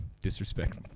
disrespect